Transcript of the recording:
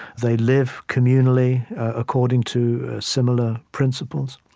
they live communally, according to similar principles.